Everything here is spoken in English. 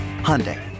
Hyundai